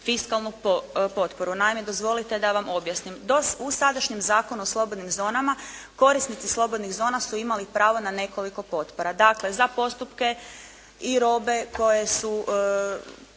fiskalnu potporu. Naime dozvolite da vam objasnim. Do, u sadašnjem Zakonu o slobodnim zonama korisnici slobodnih zona su imali pravo na nekoliko potpora. Dakle za postupke i robe koje su